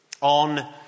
On